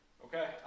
Okay